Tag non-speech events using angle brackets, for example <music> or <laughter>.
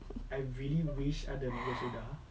<laughs>